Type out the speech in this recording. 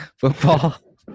football